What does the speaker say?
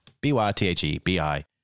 B-Y-T-H-E-B-I